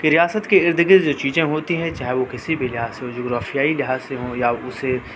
کہ ریاست کے ارد گرد جو چیزیں ہوتی ہیں چاہے وہ کسی بھی لحاظ سے ہو جغرافیائی لحاظ سے ہوں یا اسے